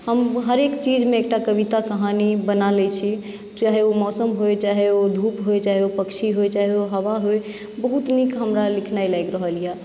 हम हरेक चीजमे एकटा कविता कहानी बना लैत छी चाहे ओ मौसम होइ चाहे ओ धूप होइ चाहे ओ पक्षी होइ चाहे ओ हवा होइ बहुत नीक हमरा लिखनाइ लागि रहल यए